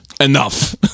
enough